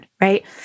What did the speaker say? right